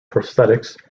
prosthetics